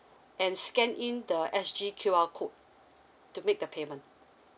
and scan in the S_G Q_R code to make the payment